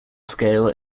scale